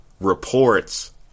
reports